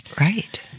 Right